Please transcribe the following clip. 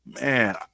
man